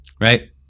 right